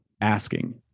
asking